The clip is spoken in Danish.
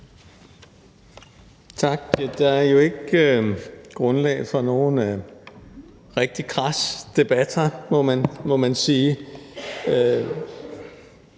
Tak. Der er jo ikke grundlag for nogen rigtig kras debat her, må man sige.